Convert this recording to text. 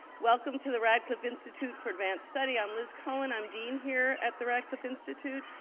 welcome to the radcliffe institute for advanced study. i'm liz cohen. i'm dean here at the radcliffe institute.